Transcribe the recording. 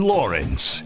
Lawrence